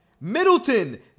Middleton